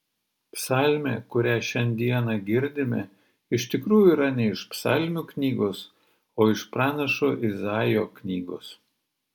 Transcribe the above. psalmė kurią šiandieną girdime iš tikrųjų yra ne iš psalmių knygos o iš pranašo izaijo knygos